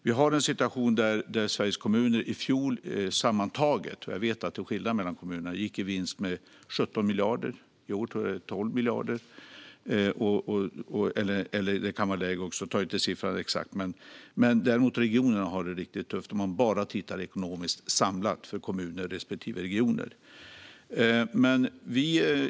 Vi har en situation där Sveriges kommuner - jag vet att det är skillnad mellan dem - sammantaget gick med 17 miljarder i vinst i fjol. I år tror jag att det är 12 miljarder. Det kan vara lägre också - jag har inte den exakta siffran. Däremot ser man att regionerna har det riktigt tufft ekonomiskt, om man tittar på det samlat för kommuner respektive regioner.